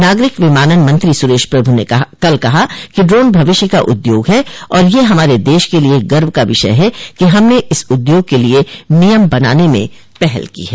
नागरिक विमानन मंत्री सुरेश प्रभु ने कल कहा कि ड्रोन भविष्य का उद्योग है और यह हमारे देश के लिए गर्व का विषय है कि हमने इस उद्योग के लिए नियम बनाने में पहल की है